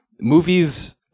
movies